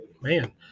man